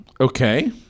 Okay